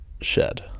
shed